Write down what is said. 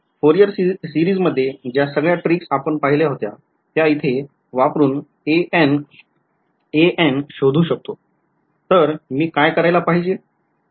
Fourier series मधे ज्या सगळ्या ट्रिक्स आपण पाहिल्या होत्या त्या इथे वापरून an शोधू शकतो तर मी काय करायला पाहिजे